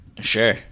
Sure